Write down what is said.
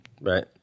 Right